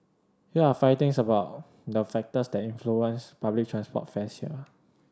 here are five things about the factors that influence public transport fares here